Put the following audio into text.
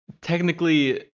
technically